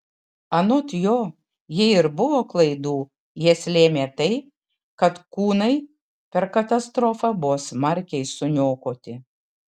anot jo jei ir buvo klaidų jas lėmė tai kad kūnai per katastrofą buvo smarkiai suniokoti